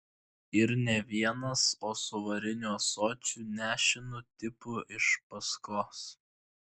ir ne vienas o su variniu ąsočiu nešinu tipu iš paskos